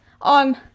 on